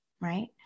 Right